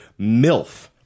MILF